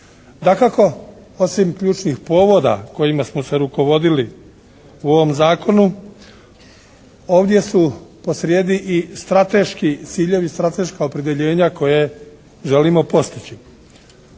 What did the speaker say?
Dakako osim ključnih povoda kojima smo se rukovodili u ovom zakonu, ovdje su posrijedi i strateški ciljevi, strateška opredjeljenja koja želimo postići.